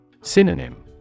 Synonym